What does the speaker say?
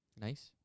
nice